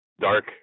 dark